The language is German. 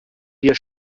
wir